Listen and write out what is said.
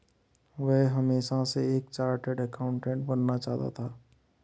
वह हमेशा से एक चार्टर्ड एकाउंटेंट बनना चाहता था